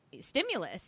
stimulus